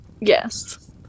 Yes